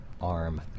arm